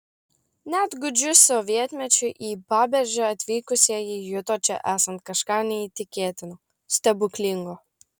net gūdžiu sovietmečiu į paberžę atvykusieji juto čia esant kažką neįtikėtino stebuklingo